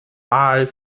aal